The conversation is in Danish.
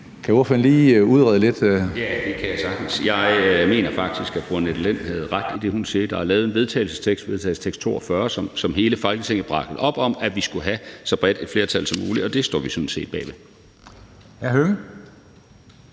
Hansen (KF): Ja, det kan jeg sagtens. Jeg mener faktisk, at fru Annette Lind havde ret i det, hun sagde. Der er lavet en vedtagelsestekst, V 42, som hele Folketinget bakkede op om, nemlig at vi skulle have så bredt et flertal som muligt, og det står vi sådan set bag ved. Kl. 14:38